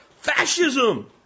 Fascism